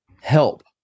help